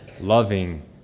loving